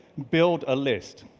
build a list.